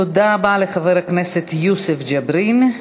תודה רבה לחבר הכנסת יוסף ג'בארין.